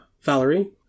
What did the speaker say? Valerie